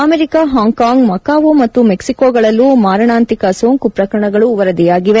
America Hong Kong Macau ಮತ್ತು ಮೆಕ್ಸಿಕೋಗಳಲ್ಲೂ ಮಾರಣಾಂತಿಕ ಸೋಂಕು ಪ್ರಕರಣಗಳು ವರದಿಯಾಗಿವೆ